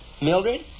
Mildred